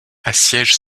assiègent